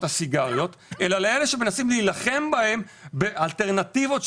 הסיגריות אלא לאלה שמנסים להילחם בהן באלטרנטיבות שיש.